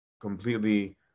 completely